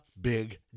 big